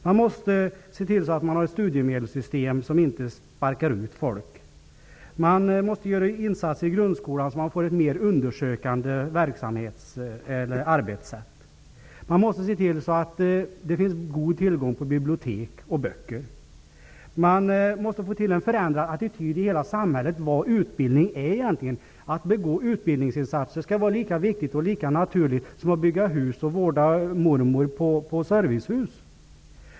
Vi måste se till att vi har ett studiemedelssystem som inte sparkar ut folk. Vi måste göra insatser i grundskolan för att få ett mer undersökande arbetssätt. Vi måste se till att det finns god tillgång på bibliotek och böcker. Vi måste få till en förändrad attityd i hela samhället när det gäller vad utbildning egentligen är. Det skall vara lika viktigt och lika naturligt att begå utbildningsinsatser som att bygga hus och vårda mormor på servicehuset.